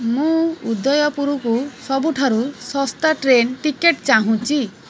ମୁଁ ଉଦୟପୁରକୁ ସବୁଠାରୁ ଶସ୍ତା ଟ୍ରେନ୍ ଟିକେଟ୍ ଚାହୁଁଛି